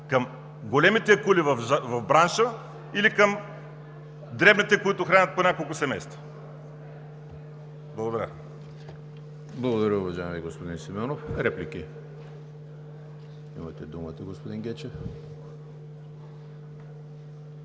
към големите акули в бранша или към дребните, които хранят по няколко семейства? Благодаря. ПРЕДСЕДАТЕЛ ЕМИЛ ХРИСТОВ: Благодаря, уважаеми господин Симеонов. Реплики? Имате думата, господин Гечев.